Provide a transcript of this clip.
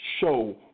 show